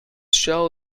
shell